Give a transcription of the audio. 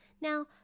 Now